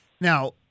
Now